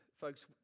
folks